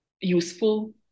useful